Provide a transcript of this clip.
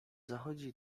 zachodzi